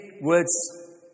words